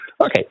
Okay